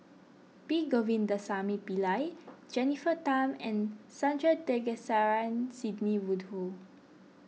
P Govindasamy Pillai Jennifer Tham and Sandrasegaran Sidney Woodhull